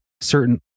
certain